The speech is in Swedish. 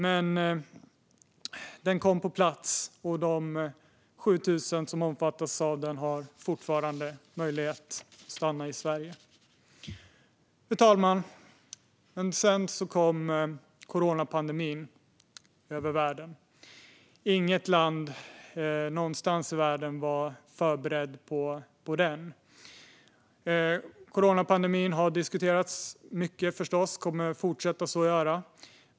Men gymnasielagen kom på plats, och de 7 000 som omfattas av den har fortfarande möjlighet att stanna i Sverige. Fru talman! Men sedan kom coronapandemin över världen. Inget land någonstans i världen var förberett på den. Coronapandemin har förstås diskuterats mycket, och det kommer att fortsätta.